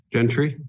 Gentry